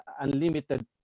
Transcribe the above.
unlimited